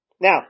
Now